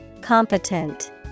Competent